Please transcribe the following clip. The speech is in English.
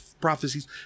prophecies